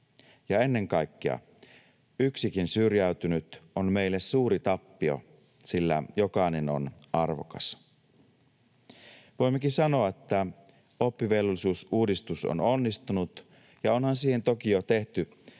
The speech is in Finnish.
ennen kaikkea: yksikin syrjäytynyt on meille suuri tappio, sillä jokainen on arvokas. Voimmekin sanoa, että oppivelvolli-suusuudistus on onnistunut, ja onhan siihen toki jo tehty